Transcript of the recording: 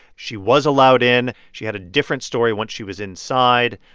she was allowed in. she had a different story once she was inside.